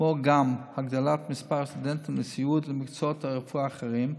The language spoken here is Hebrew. כמו גם בהגדלת מספר הסטודנטים לסיעוד ולמקצועות הרפואה האחרים,